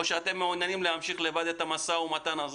שאתם מעוניינים להמשיך לבד את המשא ומתן הזה?